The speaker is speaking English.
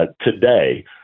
today